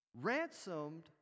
ransomed